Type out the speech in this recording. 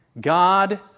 God